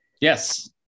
yes